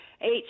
eight